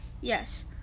yes